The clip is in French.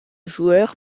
joueur